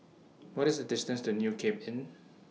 What IS The distance to New Cape Inn